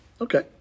Okay